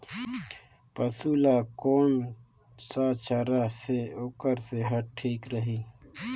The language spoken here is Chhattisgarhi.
पशु ला कोन स चारा से ओकर सेहत ठीक रही?